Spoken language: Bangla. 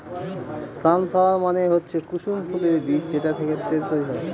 সান ফ্লাওয়ার মানে হচ্ছে কুসুম ফুলের বীজ যেটা থেকে তেল হয়